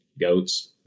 goats